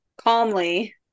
calmly